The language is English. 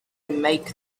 make